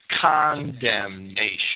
condemnation